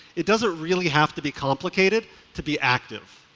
it doesn't really have to be complicated to be active.